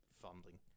funding